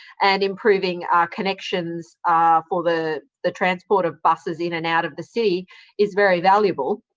and improving connections for the the transport of buses in and out of the city is very valuable.